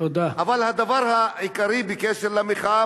אבל הדבר העיקרי בקשר למחאה,